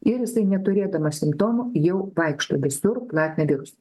ir jisai neturėdamas simptomų jau vaikšto visur platina virusą